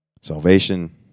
salvation